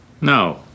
No